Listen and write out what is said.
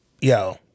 yo